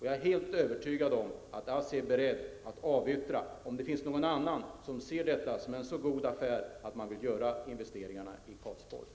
Jag är helt övertygad om att ASSI är berett att avyttra, om det finns någon annan som ser detta som en så god affär att man vill göra investeringarna i Karlsborg.